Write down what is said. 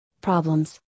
problems